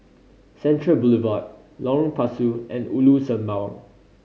Central Boulevard Lorong Pasu and Ulu Sembawang